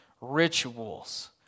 rituals